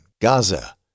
Gaza